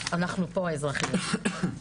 אני לא מסכימה עם זה,